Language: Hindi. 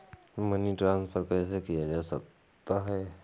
मनी ट्रांसफर कैसे किया जा सकता है?